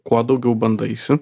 kuo daugiau bandaisi